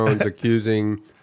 accusing